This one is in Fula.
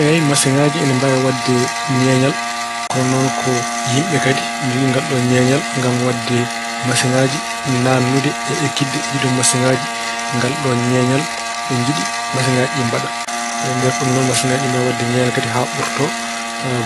Eey, masiŋaaji ina mbaawi waɗde ñeeñal ko noon ko yimɓe kadi njogii ngalɗoon ñeeñal ngam waɗde masiŋaaji, naatnude e ekkide ɗiɗoon masiŋaaji ngalɗoon ñeeñal ɓe njiɗi masiŋaaji ɗi mbaɗa. Nder ɗum noon masiŋaaji ɗi ina mbaawi waɗde ñeeñal haa ɓurto